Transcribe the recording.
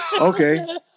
Okay